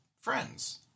friends